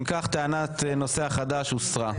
הצבעה הטענה נדחתה אם כך טענת הנושא החדש נדחתה.